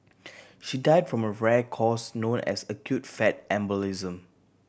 she died from a rare cause known as acute fat embolism